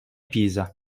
pisa